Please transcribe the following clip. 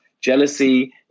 Jealousy